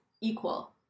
equal